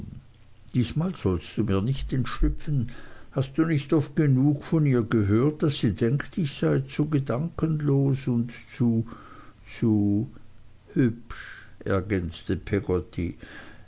diesmal sollst du mir nicht entschlüpfen hast du nicht oft genug von ihr gehört daß sie denkt ich sei zu gedankenlos und zu zu hübsch ergänzte peggotty